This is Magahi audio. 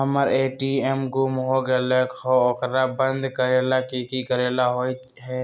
हमर ए.टी.एम गुम हो गेलक ह ओकरा बंद करेला कि कि करेला होई है?